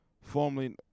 formerly